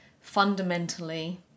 fundamentally